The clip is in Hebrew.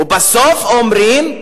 ובסוף אומרים: